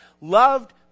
loved